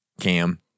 cam